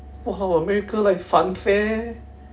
!wah! how america like funfair